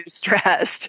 stressed